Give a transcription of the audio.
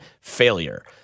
failure